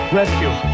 Rescue